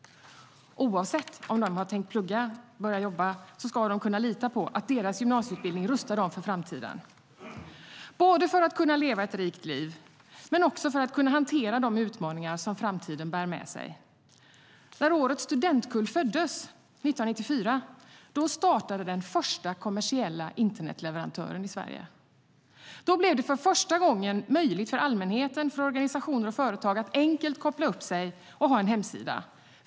Oavsett om de har tänkt plugga eller börja jobba ska de kunna lita på att deras gymnasieutbildning rustar dem för framtiden så att de kan leva ett rikt liv och hantera de utmaningar som framtiden bär med sig. När årets studentkull föddes 1994 startade den första kommersiella internetleverantören i Sverige. Då blev det för första gången möjligt för allmänheten, organisationer och företag att enkelt koppla upp sig och ha en hemsida.